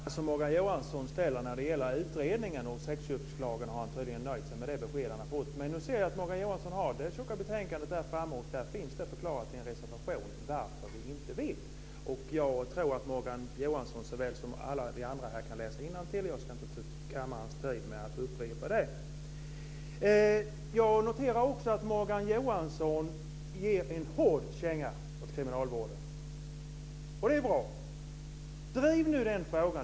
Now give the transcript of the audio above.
Fru talman! I den fråga som Morgan Johansson ställer när det gäller utredningen om sexköpslagen har han tydligen nöjt sig med det besked han har fått. Nu ser jag att han har det tjocka betänkandet där framme, och där finns förklarat i en reservation varför vi inte vill kriminalisera sexköp. Jag tror att Morgan Johansson, såväl som alla andra här, kan läsa innantill. Jag ska inte ta upp kammarens tid med att upprepa det. Jag noterar också att Morgan Johansson ger en hård känga åt kriminalvården. Det är bra. Driv nu den frågan!